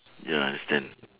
ya understand